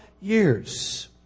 years